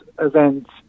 events